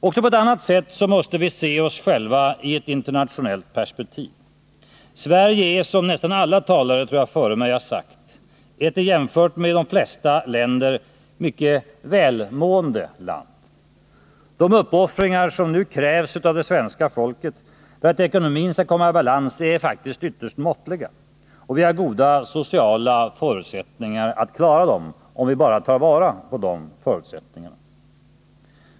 Också på ett annat sätt måste vi se oss själva i ett internationellt perspektiv. Sverige är — som jag tror nästan alla talare före mig har sagt — ett jämfört med de flesta andra länder mycket välmående land; de uppoffringar som nu krävs av det svenska folket för att ekonomin skall komma i balans är ytterst måttliga, och vi har goda sociala förutsättningar att klara dem, om vi bara tar vara på de förutsättningarna.